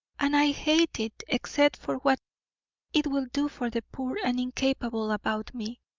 and i hate it except for what it will do for the poor and incapable about me.